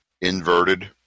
inverted